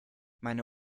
meine